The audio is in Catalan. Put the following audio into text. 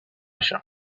això